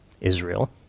Israel